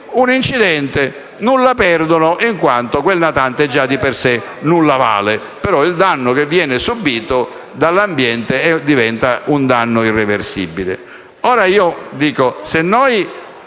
un incidente, nulla perdono in quanto quel natante già di per sé nulla vale, mentre il danno subito dall'ambiente diventa irreversibile.